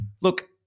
look